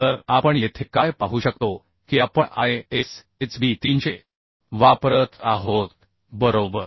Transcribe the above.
तर आपण येथे काय पाहू शकतो की आपण ISHB 300 वापरत आहोत बरोबर